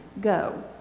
Go